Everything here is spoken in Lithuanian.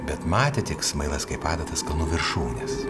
bet matė tik smailas kaip adatas kalnų viršūnes